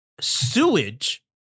sewage